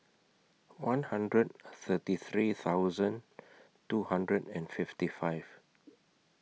one hundred thirty three thousand two hundred and fifty five